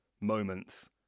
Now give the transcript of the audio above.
moments